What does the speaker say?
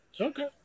Okay